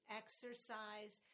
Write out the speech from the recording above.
exercise